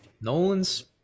Nolan's